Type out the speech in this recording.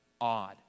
odd